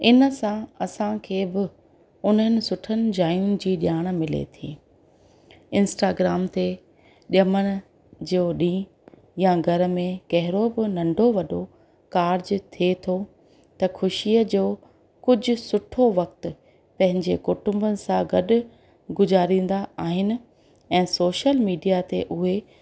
इन सां असांखे बि उन्हनि सुठनि जायुनि जी ॼाणु मिले थी इंस्टाग्राम ते ॼमण जो ॾींंहुं या घर में कहिड़ो बि नंढो वॾो काज थिए थो त ख़ुशीअ जो कुझु सुठो वक़्तु पंहिंजे कुंटुंब सां गॾु गुज़ारींदा आहिनि ऐं सोशल मीडिया ते उहे